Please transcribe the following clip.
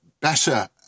better